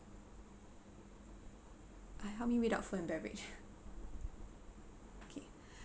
ah help me read out food and beverage